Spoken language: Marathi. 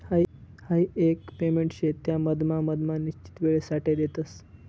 हाई एक पेमेंट शे त्या मधमा मधमा निश्चित वेळसाठे देतस